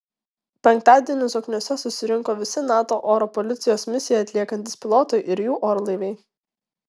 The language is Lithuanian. penktadienį zokniuose susirinko visi nato oro policijos misiją atliekantys pilotai ir jų orlaiviai